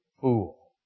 fool